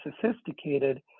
sophisticated